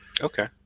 okay